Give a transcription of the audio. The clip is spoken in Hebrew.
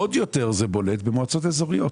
עוד יותר זה בולט במועצות אזוריות,